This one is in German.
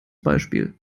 beispiel